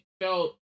felt